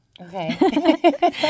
Okay